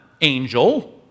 angel